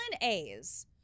A's